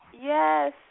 Yes